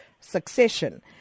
succession